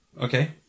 okay